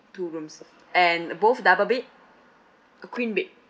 two rooms and uh both double bed queen bed